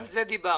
על זה דיברנו.